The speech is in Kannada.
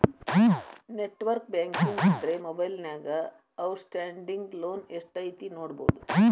ನೆಟ್ವರ್ಕ್ ಬ್ಯಾಂಕಿಂಗ್ ಇದ್ರ ಮೊಬೈಲ್ನ್ಯಾಗ ಔಟ್ಸ್ಟ್ಯಾಂಡಿಂಗ್ ಲೋನ್ ಎಷ್ಟ್ ಐತಿ ನೋಡಬೋದು